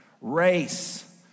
race